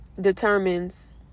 determines